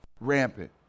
rampant